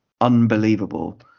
unbelievable